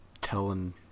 telling